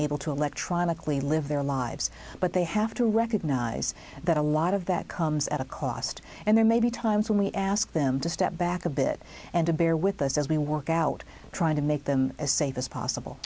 able to electronically live their lives but they have to recognize that a lot of that comes at a cost and there may be times when we ask them to step back a bit and to bear with us as we work out trying to make them as safe as possible